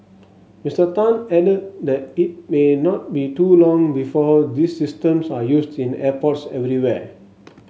Mister Tan added that it may not be too long before these systems are used in airports everywhere